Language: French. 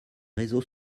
réseaux